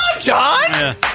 John